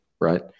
Right